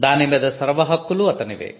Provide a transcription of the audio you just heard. దాని మీద సర్వహక్కులు అతనివే